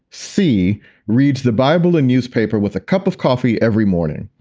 c reads the bible and newspaper with a cup of coffee every morning.